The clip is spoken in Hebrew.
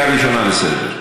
קריאה ראשונה לסדר.